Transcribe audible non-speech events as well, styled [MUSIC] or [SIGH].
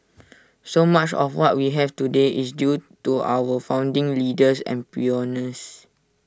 [NOISE] so much of what we have today is due to our founding leaders and pioneers